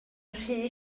rhy